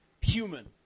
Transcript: human